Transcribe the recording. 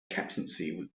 captaincy